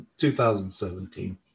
2017